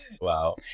Wow